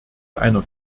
einer